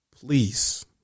please